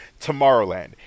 Tomorrowland